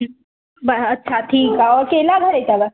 ॾह अच्छा ठीकु आहे ऐं केला घणे अथव